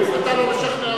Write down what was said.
מה להתגאות,